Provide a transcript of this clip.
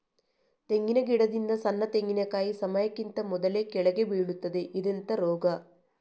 ತೆಂಗಿನ ಗಿಡದಿಂದ ಸಣ್ಣ ತೆಂಗಿನಕಾಯಿ ಸಮಯಕ್ಕಿಂತ ಮೊದಲೇ ಕೆಳಗೆ ಬೀಳುತ್ತದೆ ಇದೆಂತ ರೋಗ?